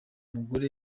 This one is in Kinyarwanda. ngoma